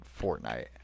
fortnite